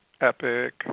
epic